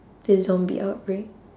the zombie outbreak